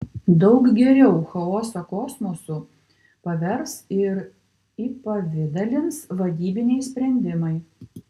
daug geriau chaosą kosmosu pavers ir įpavidalins vadybiniai sprendimai